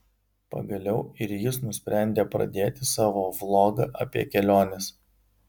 pagaliau ir jis nusprendė pradėti savo vlogą apie keliones